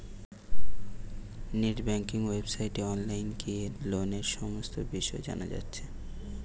net banking ওয়েবসাইটে online গিয়ে লোনের সমস্ত বিষয় জানা যাচ্ছে